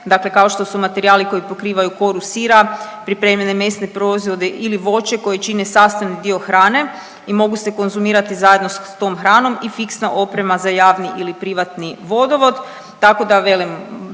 dakle kao što su materijali koji pokrivaju koru sira, pripremljene mesne proizvode ili voće koji čine sastavni dio hrane i mogu se konzumirati zajedno s tom hranom i fiksna oprema za javni ili privatni vodovod,